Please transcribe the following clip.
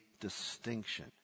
distinction